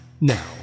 now